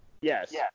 Yes